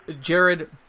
Jared